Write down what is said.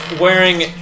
wearing